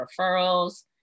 referrals